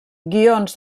guions